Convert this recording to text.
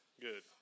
Good